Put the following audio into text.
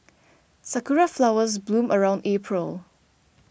sakura flowers bloom around April